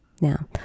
Now